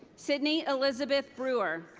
sydney elizabeth brewer.